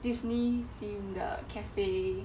disney theme 的 cafe